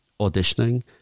auditioning